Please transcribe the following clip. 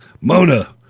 Mona